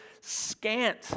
scant